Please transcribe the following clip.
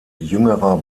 jüngerer